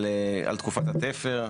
על תקופת התפר,